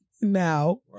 now